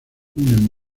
unen